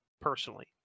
personally